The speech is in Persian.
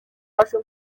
پاشو